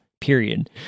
period